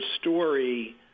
story